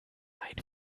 ein